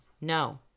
No